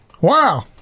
wow